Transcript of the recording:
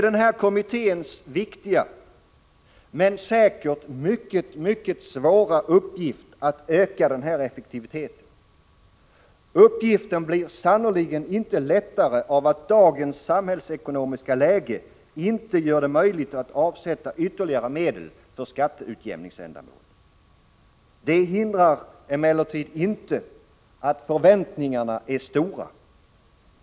Det är kommitténs viktiga men säkert mycket svåra uppgift att öka denna effektivitet. Uppgiften blir inte lättare av att dagens samhällsekonomiska läge inte gör det möjligt att avsätta ytterligare medel för skatteutjämningsändamål. Det hindrar emellertid inte att förväntningarna är stora.